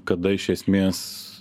kada iš esmės